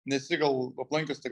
nesi gal aplankęs tiek